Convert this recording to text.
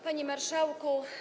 Panie Marszałku!